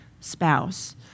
spouse